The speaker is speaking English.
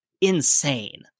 insane